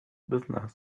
business